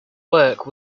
work